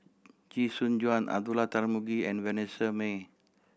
Chee Soon Juan Abdullah Tarmugi and Vanessa Mae